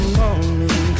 morning